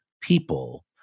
people